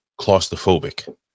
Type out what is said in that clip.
claustrophobic